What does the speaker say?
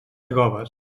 trobes